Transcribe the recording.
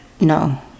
No